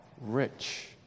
rich